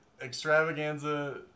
extravaganza